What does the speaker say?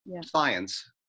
science